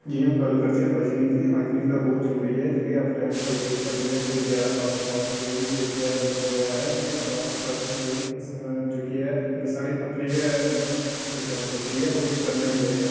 जियां गल्ल करचै हाईजिनिक दी हाईजिनिक ते बौह्त जरूरी ऐ जेह्की अपने एरिया च अपने एरिया अस जो बी एरिया ऐ मतलब ऐ उसी साफ सुथरा रक्खने दी जेह्की ऐ साढ़ी अपनी गै रिसपांसिबिल्टी ऐ होर एह् करना बी चाहिदा